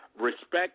respect